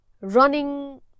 running